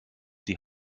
die